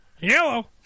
Yellow